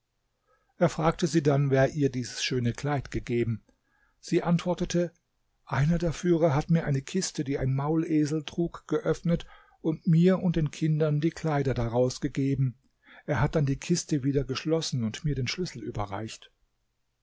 er fragte sie dann wer ihr dies schöne kleid gegeben sie antwortete einer der führer hat mir eine kiste die ein maulesel trug geöffnet und mir und den kindern die kleider daraus gegeben er hat dann die kiste wieder geschlossen und mir den schlüssel überreicht